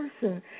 person